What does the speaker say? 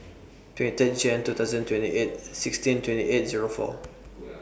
twenty ten Jan two thousand twenty eight sixteen twenty eight Zero four